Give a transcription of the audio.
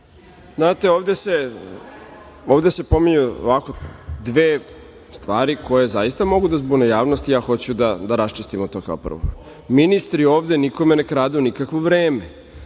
Znate, ovde se pominju dve stvari koje zaista mogu da zbune javnost. Ja hoću da raščistimo to kao prvo. Ministri ovde nikome ne kradu nikakvo vreme.